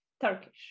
Turkish